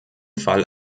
fall